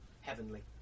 heavenly